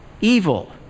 Evil